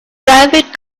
private